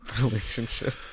relationship